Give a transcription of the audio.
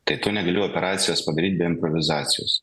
tai tu negali operacijos padaryt be improvizacijos